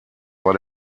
war